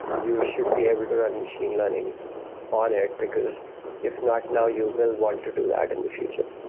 you should be able to run machine learning on it, because if not now, you will want to do that in the future.